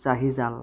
চাহী জাল